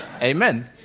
Amen